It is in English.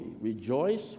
Rejoice